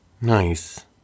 Nice